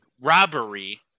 robbery